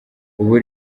ubu